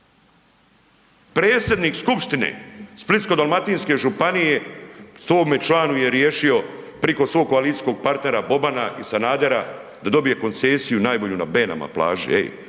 Predsjednik skupštine Splitsko-dalmatinske županije svome članu je riješio priko svog koalicijskog partnera Bobana i Sanadera da dobije koncesiju na Benama, plaži,